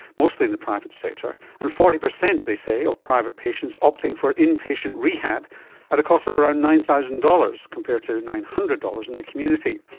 mostly in the private sector, and forty percent they say of private patients opting for inpatient rehab at the cost of around nine thousand dollars compared to nine hundred dollars in the community.